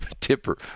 Tipper